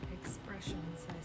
expressions